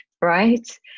right